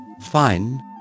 Fine